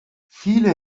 viele